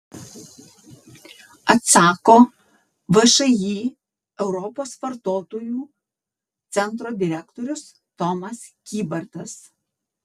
atsako všį europos vartotojų centro direktorius tomas kybartas